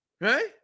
right